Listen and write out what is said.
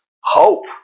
hope